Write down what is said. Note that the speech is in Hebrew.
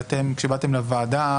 באתם לוועדה,